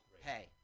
Hey